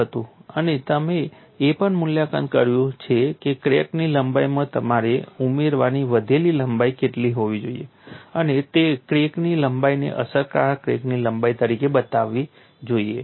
અને તમે એ પણ મૂલ્યાંકન કર્યું છે કે ક્રેકની લંબાઈમાં તમારે ઉમેરવાની વધેલી લંબાઈ કેટલી હોવી જોઈએ અને તે ક્રેકની લંબાઈને અસરકારક ક્રેકની લંબાઈ તરીકે બનાવવી જોઈએ